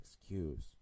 excuse